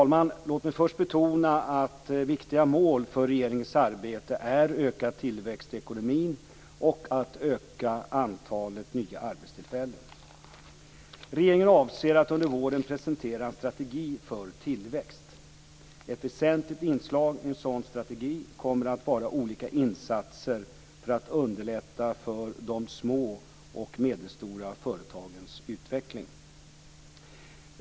Låt mig först betona att viktiga mål för regeringens arbete är ökad tillväxt i ekonomin och att öka antalet nya arbetstillfällen. Regeringen avser att under våren presentera en strategi för tillväxt. Ett väsentligt inslag i en sådan strategi kommer att vara olika insatser för att underlätta för de små och medelstora företagens utveckling.